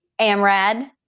AMRAD